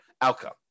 outcome